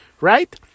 right